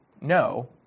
no